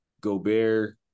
Gobert